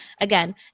Again